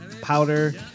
powder